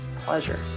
Pleasure